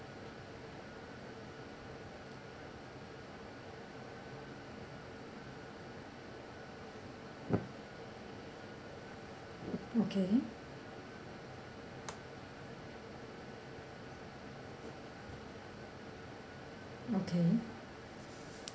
okay okay